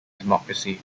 democracy